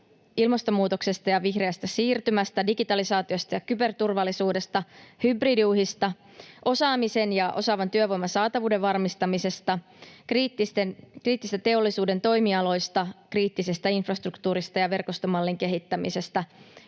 ilmastonmuutoksesta ja vihreästä siirtymästä, digitalisaatiosta ja kyberturvallisuudesta, hybridiuhista, osaamisen ja osaavan työvoiman saatavuuden varmistamisesta, kriittisistä teollisuuden toimialoista, kriittisestä infrastruktuurista ja verkostomallin kehittämisestä,